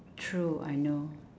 true I know